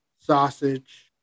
sausage